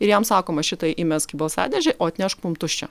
ir jam sakoma šitą įmesk į balsadėžę o atnešk mum tuščią